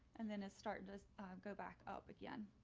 and then it started to go back up again.